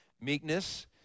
Meekness